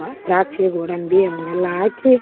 ದ್ರಾಕ್ಷಿ ಗೋಡಂಬಿ ಅವ್ನೆಲ್ಲ ಹಾಕಿ